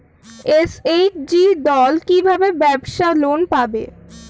SHG দল কী ভাবে ব্যাবসা লোন পাবে?